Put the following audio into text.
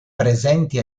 presenti